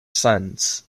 sons